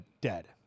dead